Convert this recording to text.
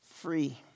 Free